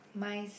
nice